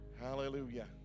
Hallelujah